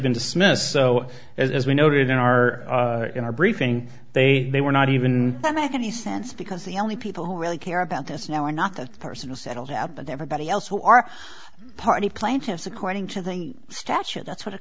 been dismissed so as we noted in our in our briefing they they were not even and i get the sense because the only people who really care about this now are not the personal settled out but everybody else who are party plaintiffs according to the statute that's what it